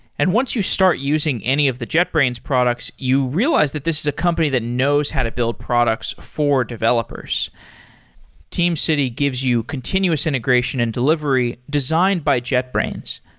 and once you start using any of the jetbrains products, you realize that this is a company that knows how to build products for developers teamcity gives you continuous integration and delivery designed by jetbrains.